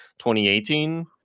2018